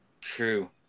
True